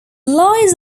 lies